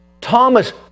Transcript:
Thomas